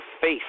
face